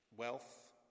Wealth